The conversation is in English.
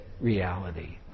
reality